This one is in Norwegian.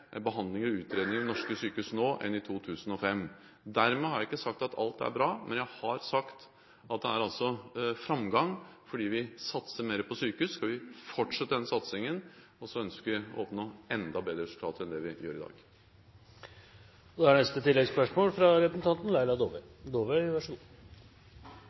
og utredninger ved norske sykehus nå enn i 2005. Dermed har jeg ikke sagt at alt er bra, men jeg har sagt at det er framgang fordi vi satser mer på sykehus. Vi skal fortsette denne satsingen, og så ønsker vi å oppnå enda bedre resultater enn vi klarer i dag. Laila Dåvøy – til oppfølgingsspørsmål. Vi hører at det er